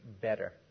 better